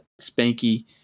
Spanky